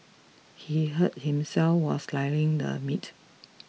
he hurt himself while slicing the meat